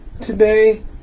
today